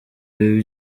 ibi